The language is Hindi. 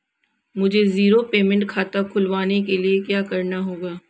मुझे जीरो पेमेंट खाता खुलवाने के लिए क्या करना होगा?